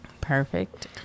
perfect